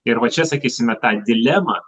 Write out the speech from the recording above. ir va čia sakysime tą dilemą